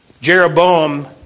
Jeroboam